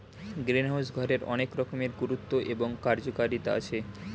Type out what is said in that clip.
greenhouse ঘরের অনেক রকমের গুরুত্ব এবং কার্যকারিতা আছে